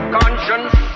conscience